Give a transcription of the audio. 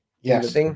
Yes